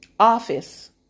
Office